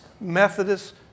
Methodist